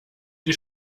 die